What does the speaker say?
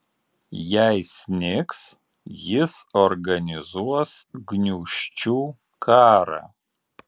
jei snigs jis organizuos gniūžčių karą